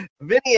Vinny